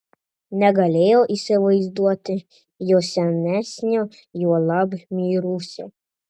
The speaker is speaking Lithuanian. negalėjo įsivaizduoti jo senesnio juolab mirusio